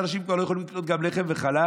שאנשים כבר לא יכולים לקנות גם לחם וחלב,